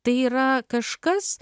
tai yra kažkas